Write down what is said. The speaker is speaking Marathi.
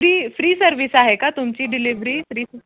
फ्री फ्री सर्विस आहे का तुमची डिलिवरी फ्री